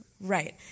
right